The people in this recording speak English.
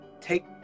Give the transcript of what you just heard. take